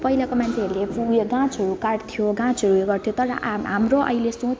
पहिलाको मान्छेहरू उयो गाछहरू काट्थ्यो गाछहरू उयो गर्थ्यो तर हा हाम्रो अहिले सोच छ कि